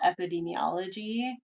epidemiology